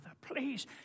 Please